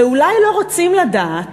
ואולי לא רוצים לדעת,